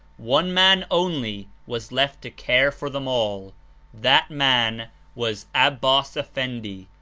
one man only was left to care for them all that man was abbas effendi,